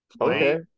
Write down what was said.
Okay